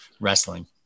wrestling